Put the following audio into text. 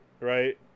right